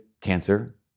cancer